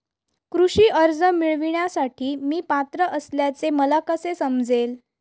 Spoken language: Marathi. कृषी कर्ज मिळविण्यासाठी मी पात्र असल्याचे मला कसे समजेल?